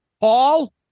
Paul